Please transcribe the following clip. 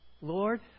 Lord